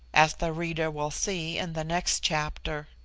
as the reader will see in the next chapter.